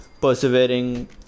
persevering